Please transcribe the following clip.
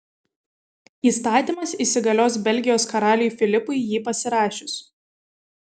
įstatymas įsigalios belgijos karaliui filipui jį pasirašius